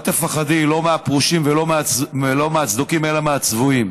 אל תפחדי לא מהפרושים ולא מהצדוקים אלא מהצבועים,